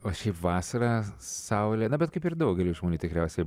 o šiaip vasara saulėta na bet kaip ir daugeliui žmonių tikriausiai